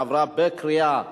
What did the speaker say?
עברה בקריאה שנייה.